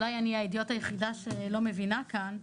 אולי אני ההדיוט היחידה שלא מבינה כאן,